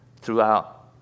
throughout